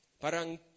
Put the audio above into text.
Parang